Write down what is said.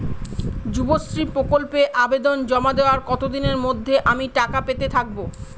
যুবশ্রী প্রকল্পে আবেদন জমা দেওয়ার কতদিনের মধ্যে আমি টাকা পেতে থাকব?